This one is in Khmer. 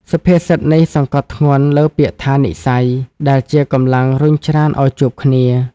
សុភាសិតនេះសង្កត់ធ្ងន់លើពាក្យថា «និស្ស័យ» ដែលជាកម្លាំងរុញច្រានឱ្យជួបគ្នា។